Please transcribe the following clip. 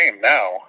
now